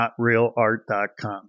NotRealArt.com